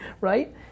right